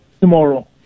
tomorrow